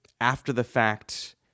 after-the-fact